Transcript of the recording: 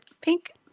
pink